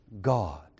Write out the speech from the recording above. God